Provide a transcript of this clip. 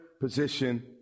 position